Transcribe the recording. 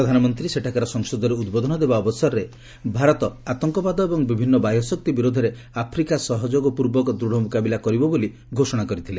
ପ୍ରଧାନମନ୍ତ୍ରୀ ସେଠାକାର ସଂସଦରେ ଉଦ୍ବୋଧନ ଦେବା ଅବସରରେ ଭାରତ ଆତଙ୍କବାଦ ଏବଂ ବିଭିନ୍ନ ବାହ୍ୟଶକ୍ତି ବିରୋଧରେ ଆଫ୍ରିକା ସହ ସହଯୋଗପୂର୍ବକ ଦୃଢ଼ ମୁକାବିଲା କରିବ ବୋଲି ଘୋଷଣା କରିଥିଲେ